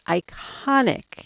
iconic